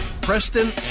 preston